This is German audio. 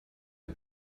dem